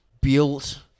built